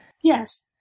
Yes